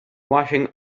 washing